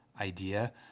idea